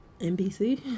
NBC